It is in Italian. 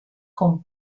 con